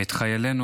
ואת חיילינו,